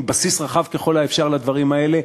עם בסיס רחב ככל האפשר לדברים האלה.